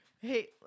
hey